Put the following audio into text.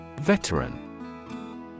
Veteran